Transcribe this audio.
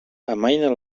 amaina